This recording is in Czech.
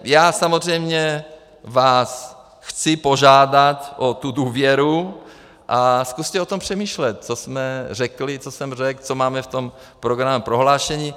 Já samozřejmě vás chci požádat o tu důvěru a zkuste o tom přemýšlet, co jsme řekli, co jsem řekl, co máme v programovém prohlášení.